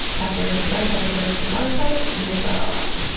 pepper, red pepper flakes, and garlic powder, and mix that all up.